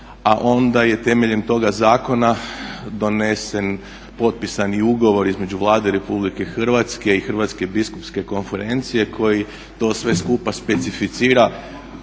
a onda je temeljem toga zakona donesen potpisani ugovor između Vlade Republike Hrvatske i Hrvatske biskupske konferencije koji to sve skupa specificira